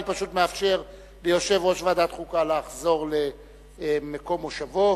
אני פשוט מאפשר ליושב-ראש ועדת החוקה לחזור למקום מושבו